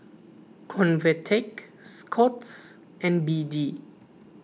Convatec Scott's and B D